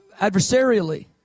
adversarially